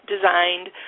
designed